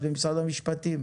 את במשרד המשפטים.